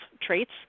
traits